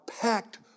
packed